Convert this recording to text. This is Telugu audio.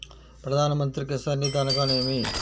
ప్రధాన మంత్రి కిసాన్ నిధి అనగా నేమి?